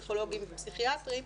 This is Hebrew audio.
פסיכולוגים ופסיכיאטרים.